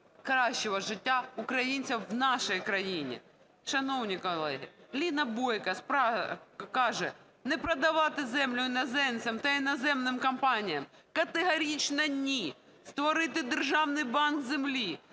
кращого життя українцям в нашій країні. Шановні колеги, Ліна Бойко каже: "Не продавати землю іноземцям та іноземним компаніям, категорично "ні". Створити державний банк землі,